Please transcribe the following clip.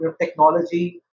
technology